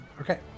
Okay